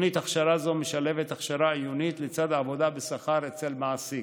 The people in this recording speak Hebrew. תוכנית הכשרה זו משלבת הכשרה עיונית לצד עבודה בשכר אצל מעסיק.